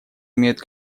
имеют